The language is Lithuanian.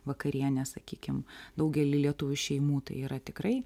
vakarienė sakykim daugely lietuvių šeimų tai yra tikrai